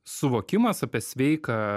suvokimas apie sveiką